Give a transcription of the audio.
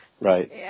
Right